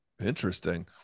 Interesting